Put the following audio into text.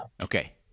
Okay